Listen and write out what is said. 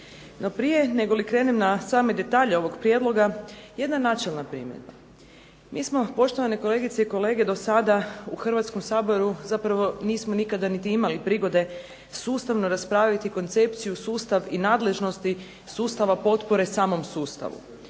prije nego li krenem na same detalje ovog prijedloga, jedna načelna primjedba. Mi smo poštovane kolegice i kolege do sada u Hrvatskom saboru zapravo nismo nikada imali prigode sustavno raspraviti koncepciju sustav i nadležnosti sustava potpore samom sustavu.